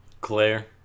Claire